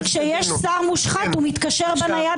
כי כשיש שר מושחת הוא מתקשר בנייד